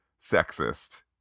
sexist